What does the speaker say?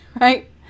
right